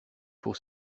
pour